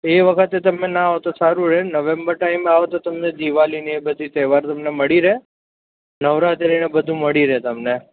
એ વખતે તમે ના આવો તો સારું રહે નવેમ્બર ટાઈમે આવો તો તમને દિવાળી ને એ બધી તહેવાર મળી રહે નવરાત્રી ને બધું મળી રહે તમને